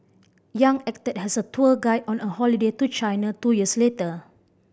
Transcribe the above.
Yang acted as her tour guide on a holiday to China two years later